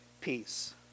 peace